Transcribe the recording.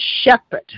shepherd